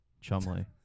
Chumley